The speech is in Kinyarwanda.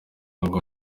ngo